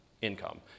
income